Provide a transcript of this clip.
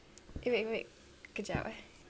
eh wait wait kejap eh